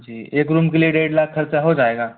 जी एक रूम के लिए डेढ़ लाख खर्चा हो जाएगा